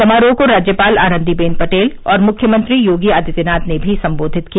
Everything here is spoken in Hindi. समारोह को राज्यपाल आनन्दीबेन पटेल और मुख्यमंत्री योगी आदित्यनाथ ने भी संबोधित किया